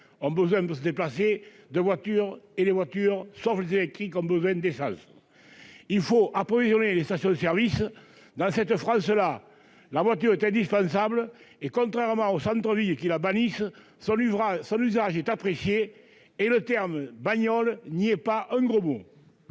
ont besoin de se déplacer, de voitures et les voitures sauf électriques comme Bowen désastre il faut approvisionner les stations services dans cette phrase là, la voiture est indispensable et contrairement au centre-ville et qui la bannissent sans lui fera son usage est apprécié, et le terme bagnole n'y ait pas un gros mot.